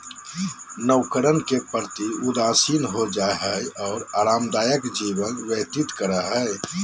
नवकरण के प्रति उदासीन हो जाय हइ और आरामदायक जीवन व्यतीत करो हइ